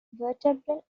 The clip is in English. vertebral